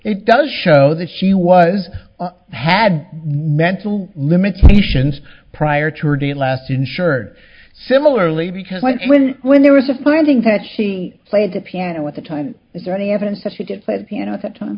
it does show that she was had no mental limitations prior to or didn't last insured similarly because like when there was a finding that she played the piano at the time is there any evidence that she didn't play the piano at that time